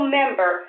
member